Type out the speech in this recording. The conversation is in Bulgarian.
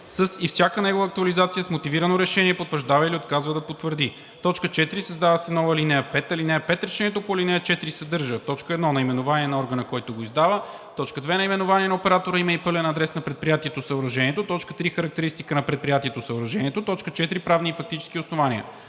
с „и всяка негова актуализация с мотивирано решение потвърждава или отказва да потвърди“. 4. Създава се нова ал. 5: „(5) Решението по ал. 4 съдържа: 1. наименование на органа, който го издава; 2. наименование на оператора, име и пълен адрес на предприятието/съоръжението; 3. характеристика на предприятието/съоръжението; 4. правни и фактически основания;